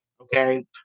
Okay